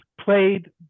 played